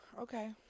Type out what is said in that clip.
Okay